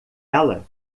ela